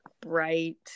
bright